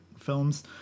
films